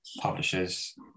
publishers